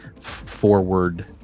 forward